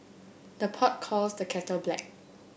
the pot calls the kettle black